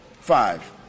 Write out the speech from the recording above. five